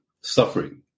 suffering